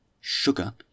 Sugar